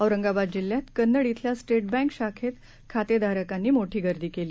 औरंगाबाद जिल्ह्यात कन्नड खेल्या State Bank शाखेत खातेधारकांनी मोठी गर्दी केली